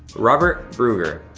robert bruger,